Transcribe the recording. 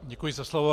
Děkuji za slovo.